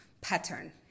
pattern